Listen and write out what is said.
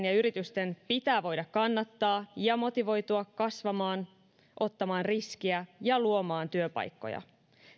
ja yritysten pitää voida kannattaa ja motivoitua kasvamaan ottamaan riskejä ja luomaan työpaikkoja